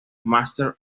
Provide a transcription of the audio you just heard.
master